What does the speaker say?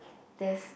there's